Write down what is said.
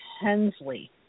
Hensley